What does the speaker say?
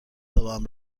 تاپم